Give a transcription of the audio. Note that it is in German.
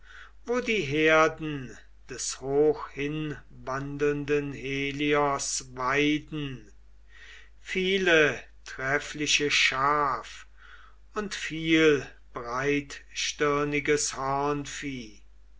wo die herden des hochhinwandelnden helios weiden viele treffliche schaf und viel breitstirniges